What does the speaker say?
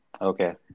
Okay